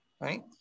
right